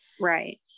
Right